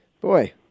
boy